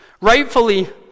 Rightfully